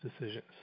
decisions